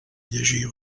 llegir